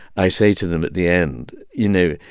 i say to them at the end, you know,